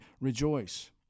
Rejoice